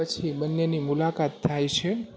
પછી બંનેની મુલાકાત થાય છે